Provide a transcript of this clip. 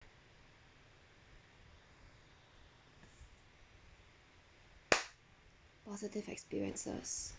positive experiences